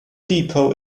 depot